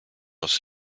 aufs